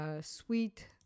Sweet